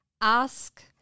ask